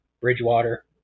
Bridgewater